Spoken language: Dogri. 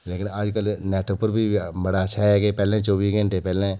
लेकिन अजकल नेट उप्पर बी बड़ा ऐ पैह्लैं चौह्बी घैण्टे पैह्लैं